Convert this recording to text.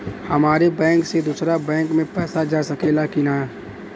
हमारे बैंक से दूसरा बैंक में पैसा जा सकेला की ना?